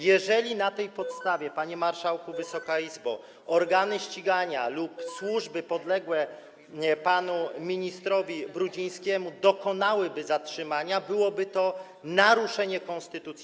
Jeżeli na tej podstawie, panie marszałku, Wysoka Izbo, organy ścigania lub służby podległe panu ministrowi Brudzińskiemu dokonałyby zatrzymania, byłoby to naruszenie konstytucji.